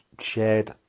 shared